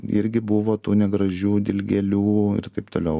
irgi buvo tų negražių dilgėlių ir taip toliau